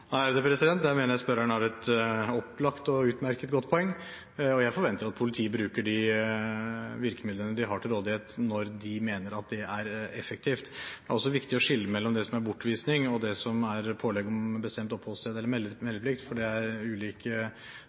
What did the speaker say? Jeg mener spørreren har et opplagt og utmerket godt poeng, og jeg forventer at politiet bruker de virkemidlene de har til rådighet, når de mener at det er effektivt. Det er også viktig å skille mellom det som er bortvisning, og det som er pålegg om bestemt oppholdssted eller meldeplikt. Det er ulike